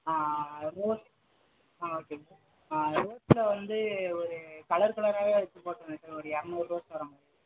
rose ஆ okay sir அந்த ரோஸில் வந்து ஒரு கலர் கலராவே எடுத்துப் போட்ருங்க சார் ஒரு இரநூறு ரோஸ் வர மாதிரி